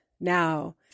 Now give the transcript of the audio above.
now